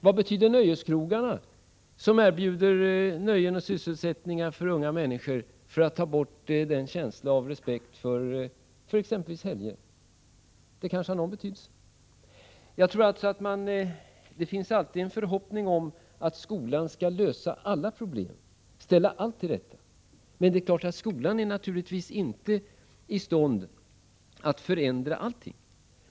Vad betyder nöjeskrogarna — som erbjuder nöjen och sysselsättning för unga människor — när det gäller att ta bort känslan av respekt för exempelvis helger? De kanske har någon betydelse. Det finns alltid en förhoppning om att skolan skall lösa alla problem, ställa allt till rätta. Det är klart att skolan naturligtvis inte är i stånd att förändra allting.